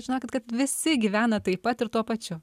žinokit kad visi gyvena taip pat ir tuo pačiu